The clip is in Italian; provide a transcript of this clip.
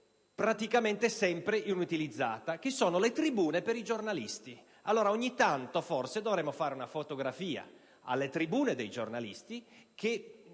praticamente sempre inutilizzata, ossia le tribune per i giornalisti. Allora ogni tanto forse dovremmo fare una fotografia alle tribune dei giornalisti, che